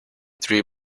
three